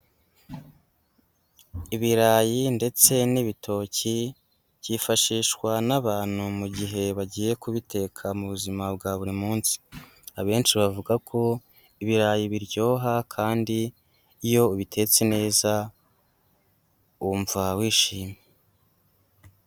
Ibirayi ndetse n'ibitoki byifashishwa n'abantu mu gihe bagiye kubiteka mu buzima bwa buri munsi, abenshi bavuga ko ibirayi biryoha kandi iyo ubitetse neza wumva wishimye.